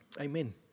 Amen